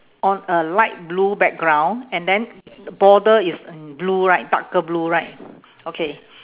on a light blue background and then border is in blue right darker blue right okay